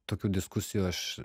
tokių diskusijų aš